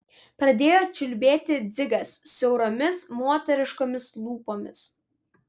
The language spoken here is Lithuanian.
pradėjo čiulbėti dzigas siauromis moteriškomis lūpomis